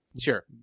sure